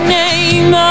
name